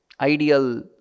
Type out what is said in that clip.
Ideal